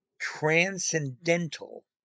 transcendental